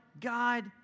God